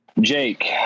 Jake